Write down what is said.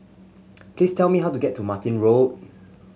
please tell me how to get to Martin Road